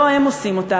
לא הם עושים אותן,